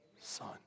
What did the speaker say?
son